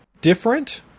different